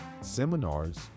seminars